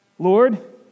Lord